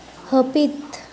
ᱦᱟᱹᱯᱤᱫ